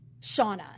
Shauna